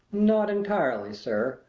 not entirely, sir,